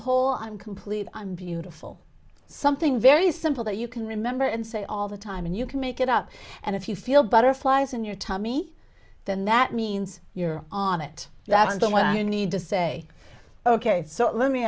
whole i'm complete i'm beautiful something very simple that you i can remember and say all the time and you can make it up and if you feel butterflies in your tummy then that means you're on it that is the one you need to say ok so let me